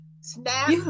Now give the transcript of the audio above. SNAP